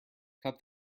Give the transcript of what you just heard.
cut